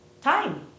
time